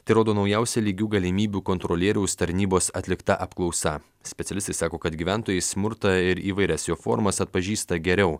tai rodo naujausia lygių galimybių kontrolieriaus tarnybos atlikta apklausa specialistai sako kad gyventojai smurtą ir įvairias jo formas atpažįsta geriau